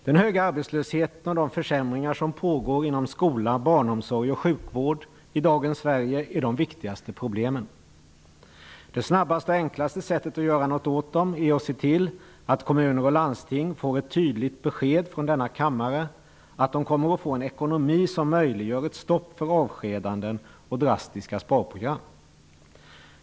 Den höga arbetslösheten och de försämringar som pågår inom skola, barnomsorg och sjukvård i dagens Sverige är de viktigaste problemen. Det snabbaste och enklaste sättet att göra något åt dem att se till att kommuner och landsting från denna kammare får ett tydligt besked om att de kommer att få en ekonomi som möjliggör ett stopp för avskedanden och drastiska sparprogram.